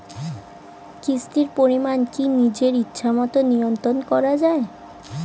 কিস্তির পরিমাণ কি নিজের ইচ্ছামত নিয়ন্ত্রণ করা যায়?